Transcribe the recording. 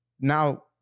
Now